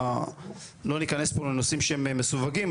לא ניכנס פה לנושאים שהם מסווגים,